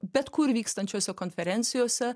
bet kur vykstančiose konferencijose